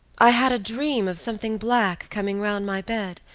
i had a dream of something black coming round my bed,